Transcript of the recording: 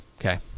Okay